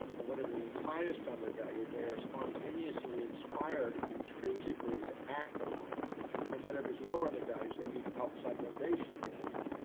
and whatever is highest on their value, they're spontaneously inspired, intrinsically to act upon and whatever's lower on their values they need outside motivation to get them to do.